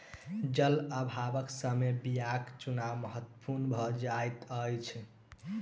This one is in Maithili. जल अभावक समय बीयाक चुनाव महत्पूर्ण भ जाइत अछि